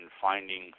finding